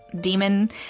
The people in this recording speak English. demon